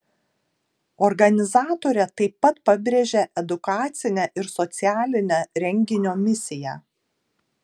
organizatorė taip pat pabrėžia edukacinę ir socialinę renginio misiją